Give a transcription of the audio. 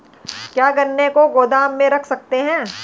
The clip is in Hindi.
क्या गन्ने को गोदाम में रख सकते हैं?